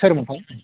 सोरमोनथाय